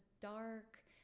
dark